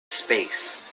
space